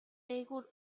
дээгүүр